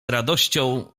radością